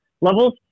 levels